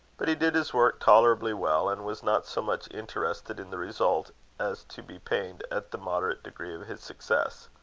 but he did his work tolerably well, and was not so much interested in the result as to be pained at the moderate degree of his success.